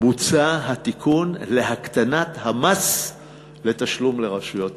בוצע התיקון להקטנת המס לתשלום לרשויות המס,